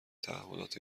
تعهدات